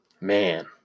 Man